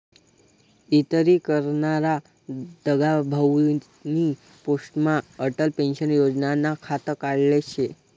इस्तरी करनारा दगाभाउनी पोस्टमा अटल पेंशन योजनानं खातं काढेल शे